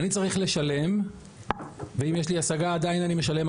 אני צריך לשלם ואם יש לי השגה עדיין אני משלם,